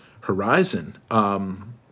horizon